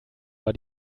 war